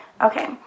okay